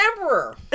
emperor